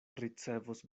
ricevos